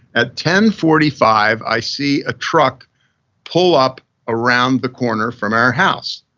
at ten forty five i see a truck pull up around the corner from our house.